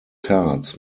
cards